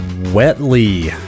wetly